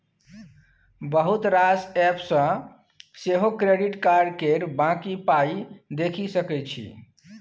बहुत रास एप्प सँ सेहो क्रेडिट कार्ड केर बाँकी पाइ देखि सकै छी